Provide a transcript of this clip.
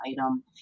item